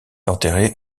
enterré